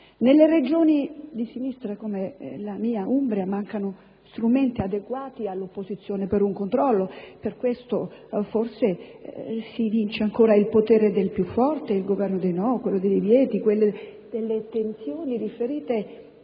Nelle Regioni di sinistra come la mia Umbria mancano strumenti adeguati all'opposizione per un controllo e per questo, forse, vince ancora il potere del più forte, il governo dei no, quello dei divieti, delle attenzioni riferite